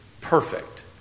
perfect